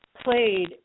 played